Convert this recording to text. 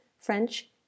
French